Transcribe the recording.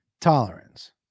Tolerance